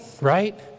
right